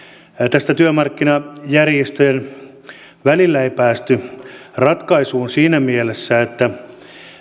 tästä työmarkkinajärjestöjen välillä ei päästy ratkaisuun siinä mielessä että